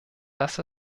das